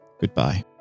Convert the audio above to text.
goodbye